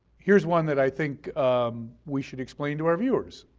here's one that i think we should explain to our viewers,